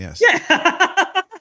Yes